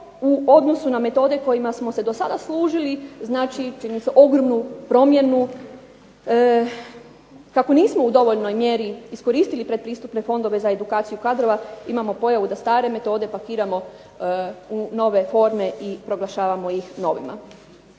u odnosu na metode kojima smo se do sada služili čini ogromnu promjenu kako nismo u dovoljnoj mjeri iskoristili pretpristupne fondove za edukaciju kadrova imamo pojavu da stare metode pakiramo u nove forme i proglašavamo ih novima.